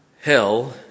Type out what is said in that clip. Hell